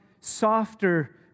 softer